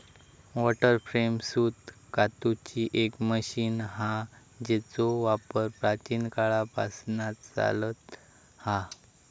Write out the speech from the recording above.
water frame सूत कातूची एक मशीन हा जेचो वापर प्राचीन काळापासना चालता हा